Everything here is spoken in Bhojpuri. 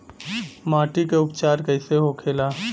माटी के उपचार कैसे होखे ला?